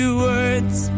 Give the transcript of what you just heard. words